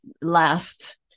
last